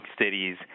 cities